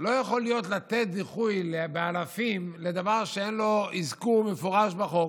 לא יכול לתת דיחוי באלפים לדבר שאין לו אזכור מפורש בחוק.